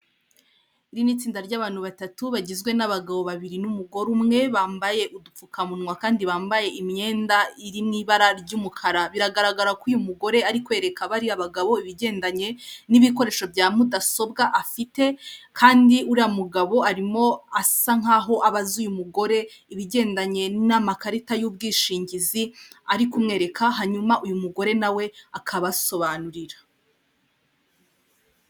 Iri ni itsinda ry'abantu batatu bagizwe n'abagabo babiri n'umugore umwe bambaye udupfukamunwa kandi bambaye imyenda iri mu ibara ry'umukara biragaragara ko uyu mugore ari kwereka bariya bagabo ibigendanye n'bikoresho bya mudasobwa afite kandi uriya mugabo arimo asa nkaho abaza uyu mugore ibigendanye n'amakarita y'ubwishingizi ari kumwereka hanyuma uyu mugore nawe akabasobanurira.